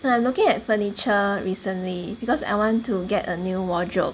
I'm looking at furniture recently because I want to get a new wardrobe